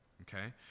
okay